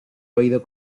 oído